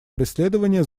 преследования